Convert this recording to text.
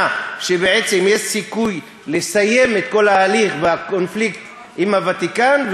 שבעצם יש סיכוי לסיים את כל ההליך והקונפליקט עם הוותיקן.